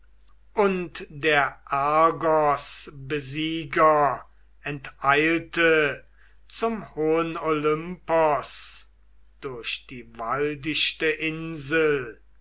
und der argosbesieger enteilte zum hohen olympos durch die waldichte insel